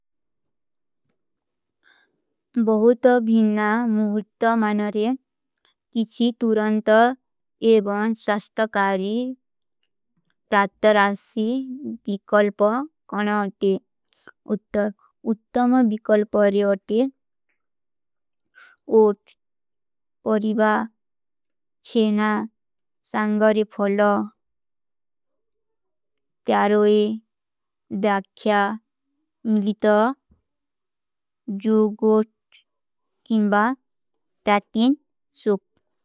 ବହୁତ ଭୀନା ମୁହୁଟ୍ଟ ମାନରେ କିଛୀ ତୁରନ୍ତ ଏବନ ସାସ୍ତକାରୀ ପ୍ରାତ୍ତରାସୀ ଵିକଲ୍ପ ଖନା ହୋତେ। ଉତ୍ତମ ଵିକଲ୍ପରେ ହୋତେ। ଉତ୍ତ, ପରିଵା, ଚେନା, ସାଂଗରୀ ଫଲା, ତ୍ଯାରୋଈ, ଦାଖ୍ଯା, ମିଲିତା, ଜୋଗୋଟ୍ଟ, କିଂବା, ତାତିନ, ସୁପ।